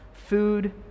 Food